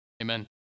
Amen